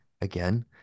again